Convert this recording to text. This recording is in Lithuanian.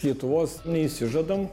lietuvos neišsižadam